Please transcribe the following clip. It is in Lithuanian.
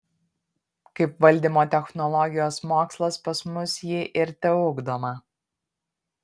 kaip valdymo technologijos mokslas pas mus ji ir teugdoma